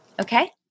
Okay